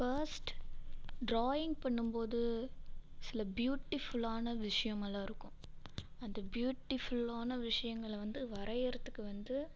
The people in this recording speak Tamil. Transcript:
ஃபஸ்ட் ட்ராயிங் பண்ணும்போது சில பியூட்டிஃபுல்லான விஷயங்களெலாம் இருக்கும் அந்த பியூட்டிஃபுல்லான விஷயங்களை வந்து வரையறதுக்கு வந்து